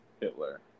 Hitler